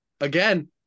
again